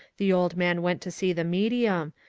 the old man went to see the medium,